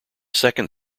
second